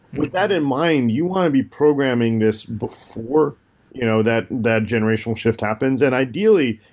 with that in mind, you want to be programming this before you know that that generational shift happens. and ideally,